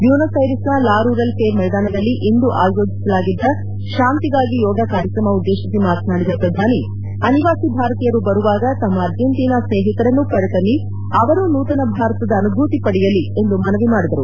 Buenos ಐರಿಸ್ನ La Rural fair ಮೈದಾನದಲ್ಲಿ ಇಂದು ಆಯೋಜಿಸಲಾಗಿದ್ದ ಶಾಂತಿಗಾಗಿ ಯೋಗ ಕಾರ್ಕ್ರಮ ಉದ್ದೇಶಿಸಿ ಮಾತನಾಡಿದ ಪ್ರಧಾನಿ ಅನಿವಾಸಿ ಭಾರತೀಯರು ಬರುವಾಗ ತಮ್ಮ ಅರ್ಜೆಂಟೀನಾ ಸ್ವೇಹಿತರನ್ನು ಕರೆತನ್ನಿ ಅವರೂ ನೂತನ ಭಾರತದ ಅನುಭೂತಿ ಪಡೆಯಲಿ ಎಂದು ಮನವಿ ಮಾಡಿದರು